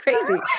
crazy